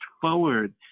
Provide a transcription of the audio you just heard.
forward